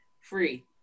Free